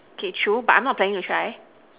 okay true but I am not planning to try